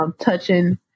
Touching